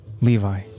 Levi